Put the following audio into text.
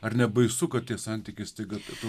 ar nebaisu kad į santykius tik todėl